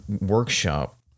workshop